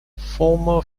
former